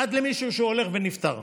עד למישהו שהולך ונפטר.